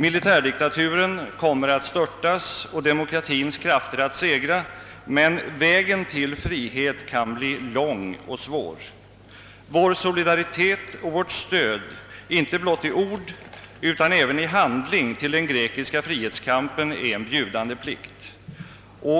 Militärdiktaturen kommer att störtas och demokratins krafter att segra, men vägen till frihet kan bli lång och svår. Vår solidaritet och vårt stöd, inte blott i ord utan även i handling, åt den grekiska frihetskampen är en bjudande plikt.